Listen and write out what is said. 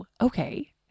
okay